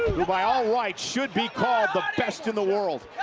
who by all rights should be called the best in the world.